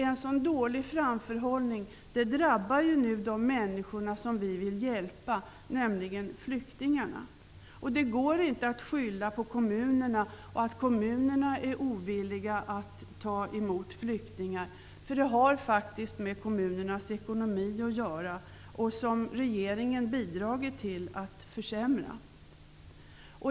En så dålig framförhållning drabbar nu de människor som vi vill hjälpa, nämligen flyktingarna. Det går inte att skylla på kommunerna, att de är ovilliga att ta emot flyktingar, eftersom det faktiskt har med kommunernas ekonomi att göra, som regeringen bidragit till att försämra.